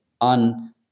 on